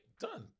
done